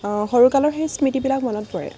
সৰু কালৰ সেই স্মৃতিবিলাক মনত পৰে